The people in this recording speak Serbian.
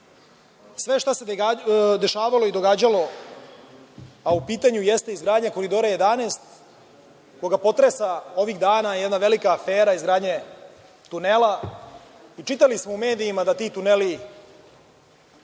sve šta se dešavalo i događalo, a u pitanju jeste i izgradnja Koridora 11, koga potresa ovih dana jedna velika afera izgradnje tunela, čitali smo u medijima da ti tuneli